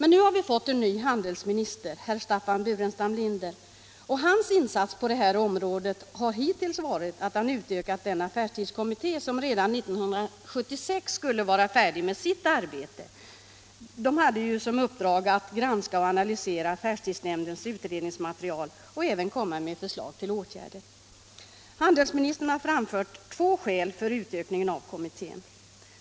Nu har vi fått en ny handelsminister, herr Staffan Burenstam Linder, och hans insats på det här området hittills har varit att han utökat den affärstidskommitté som skulle ha varit färdig med sitt arbete redan 1976. Den hade som uppdrag att granska och analysera affärstidsnämndens utredningsmaterial och även framlägga förslag till åtgärder. Handelsministern har framfört två skäl för utökningen av kommittén.